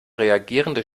reagierende